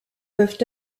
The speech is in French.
peuvent